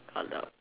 color